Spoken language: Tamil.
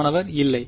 மாணவர் இல்லை